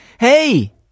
Hey